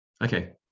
Okay